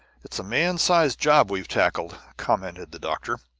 it's a man-sized job we've tackled, commented the doctor.